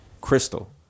Crystal